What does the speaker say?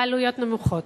בעלויות נמוכות.